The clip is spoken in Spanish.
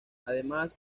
además